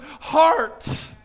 heart